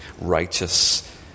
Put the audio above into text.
righteous